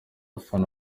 afana